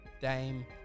Dame